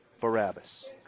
Barabbas